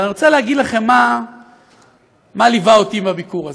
אבל אני רוצה לומר לכם מה ליווה אותי בביקור הזה.